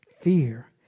fear